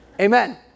Amen